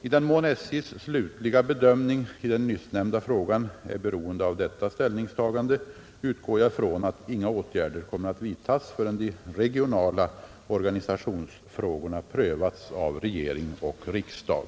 I den mån SJ:s slutliga bedömning i den nyssnämnda frågan är beroende av detta ställningstagande utgår jag från att inga åtgärder kommer att vidtas förrän de regionala organisationsfrågorna prövats av regering och riksdag.